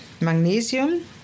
Magnesium